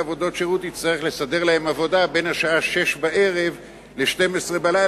עבודות שירות יצטרך לסדר להם עבודה בין השעה 18:00 לשעה 24:00,